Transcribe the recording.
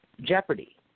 jeopardy